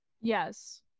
Yes